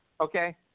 okay